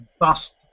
bust